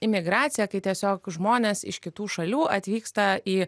imigraciją kai tiesiog žmonės iš kitų šalių atvyksta į